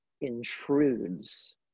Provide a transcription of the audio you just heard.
intrudes